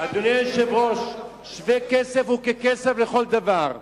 אדוני היושב-ראש, שווה-כסף הוא ככסף לכל דבר,